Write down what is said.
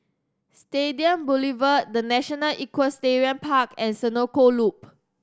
Stadium Boulevard The National Equestrian Park and Senoko Loop